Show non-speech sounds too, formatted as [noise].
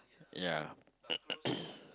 ya [coughs]